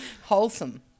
Wholesome